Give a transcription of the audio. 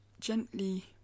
gently